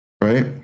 right